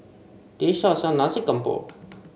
this shop sells Nasi Campur